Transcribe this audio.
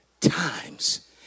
times